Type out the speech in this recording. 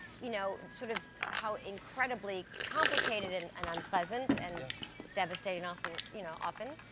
you know, and sort of how incredibly complicated and and unpleasant and devastating, awful, you know often.